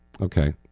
okay